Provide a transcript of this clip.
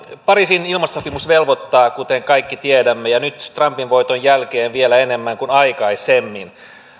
pariisin ilmastosopimus velvoittaa kuten kaikki tiedämme ja nyt trumpin voiton jälkeen vielä enemmän kuin aikaisemmin